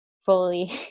fully